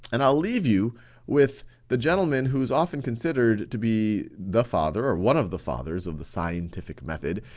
and i'll leave you with the gentleman who's often considered to be the father, or one of the fathers of the scientific method.